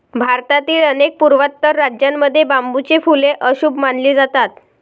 भारतातील अनेक पूर्वोत्तर राज्यांमध्ये बांबूची फुले अशुभ मानली जातात